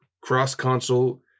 cross-console